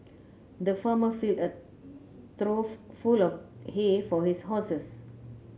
the farmer filled a through full of hay for his horses